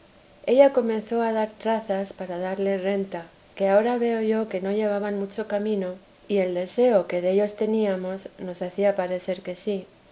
ella comenzó a dar trazas para darle renta que ahora veo yo que no llevaban mucho camino y el deseo que dello teníamos nos hacía parecer que sí